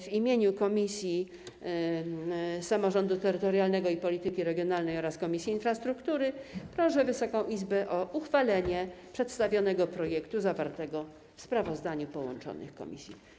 W imieniu Komisji Samorządu Terytorialnego i Polityki Regionalnej oraz Komisji Infrastruktury proszę Wysoką Izbę o uchwalenie przedstawionego projektu zawartego w sprawozdaniu połączonych komisji.